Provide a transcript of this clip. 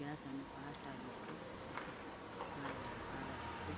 ಗ್ಯಾಸನ್ನು ಫಾಸ್ಟಾಗಿಟ್ಟು ಹೊತ್ತಿಸಿ ಮಾಡಬಾರದು ಆದಷ್ಟು